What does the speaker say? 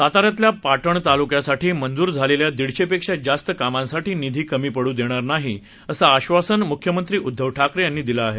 साताऱ्यातल्या पाटण तालुक्यासाठी मंजूर झालेल्या दीडशेपेक्षा जास्त कामांसाठी निधी कमी पडू देणार नाही असं आश्वासन मुख्यमंत्री उद्दव ठाकरे यांनि दिलं आहे